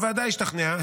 הוועדה השתכנעה,